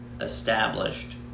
established